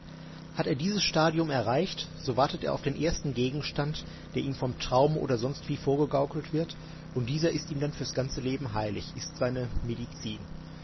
hat er dieses stadium erreicht so wartet er auf den ersten gegenstand der ihm vom traume oder sonstwie vorgegaukelt wird und dieser ist ihm dann fürs ganze leben heilig ist seine medizin